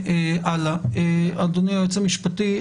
אדוני היועץ המשפטי,